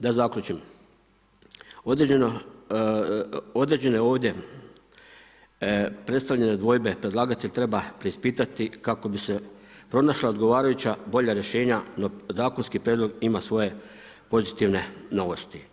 Da zaključim, određene ovdje predstavljene dvojbe predlagatelj treba preispitati kako bi se pronašla odgovarajuća bolja rješenja, no zakonski prijedlog ima svoje pozitivne novosti.